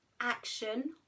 action